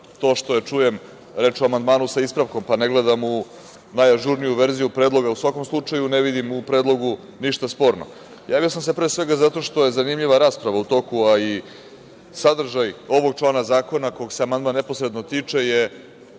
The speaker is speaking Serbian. to što je, čujem, reč o amandmanu sa ispravkom pa ne gledam u najažurniju verziju predloga. U svakom slučaju ne vidim u predlogu ništa sporno. Javio sam se pre svega zato što je zanimljiva rasprava u toku, a i sadržaj ovog člana zakona koga se amandman neposredno tiče je,